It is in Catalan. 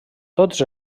tots